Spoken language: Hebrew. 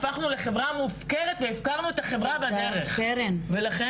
הפכנו לחברה מופקרת והפקרנו את החברה בדרך ולכן